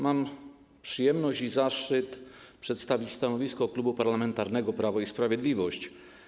Mam przyjemność i zaszczyt przedstawić stanowisko Klubu Parlamentarnego Prawo i Sprawiedliwość.